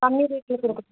கம்மி ரேட்டில் கொடுக்க